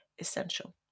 essential